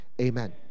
Amen